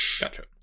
Gotcha